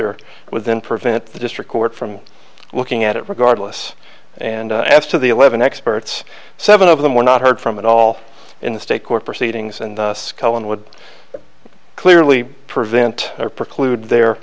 holster within prevent the district court from looking at it regardless and as to the eleven experts seven of them were not heard from at all in the state court proceedings and skull and would clearly prevent or preclude their